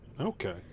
Okay